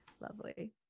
Lovely